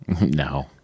No